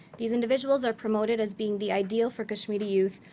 these individuals are promoted as being the ideal for kashmiri youth,